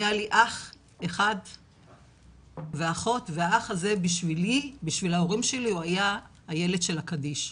היה לי אח אחד ואחות והאח הזה בשביל ההורים שלי היה הילד של הקדיש.